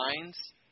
lines